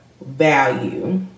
value